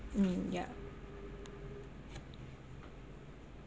mm yah